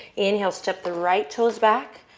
inhale, step the right toes back.